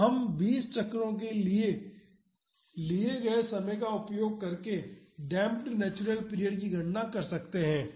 तो हम 20 चक्रों के लिए लिए गए समय का उपयोग करके डेम्प्ड नेचुरल पीरियड की गणना कर सकते हैं